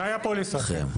תנאי הפוליסה.